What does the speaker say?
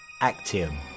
Actium